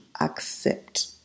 accept